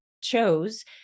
chose